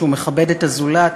שהוא מכבד את הזולת,